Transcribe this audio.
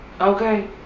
Okay